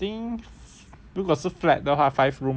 如果是 flat 的话 five room 吧